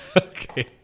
Okay